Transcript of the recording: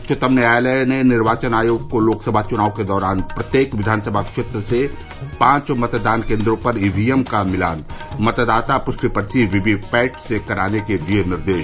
उच्चतम न्यायालय ने निर्वाचन आयोग को लोकसभा चुनाव के दौरान प्रत्येक विधानसभा क्षेत्र से पांच मतदान केन्द्रों पर ईवीएम का मिलान मतदाता पुष्टी पर्ची वीपी पैट से कराने के दिये निर्देश